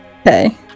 Okay